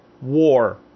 war